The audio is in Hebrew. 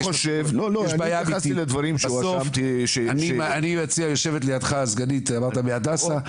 לידך יושבת הסגנית מ"הדסה".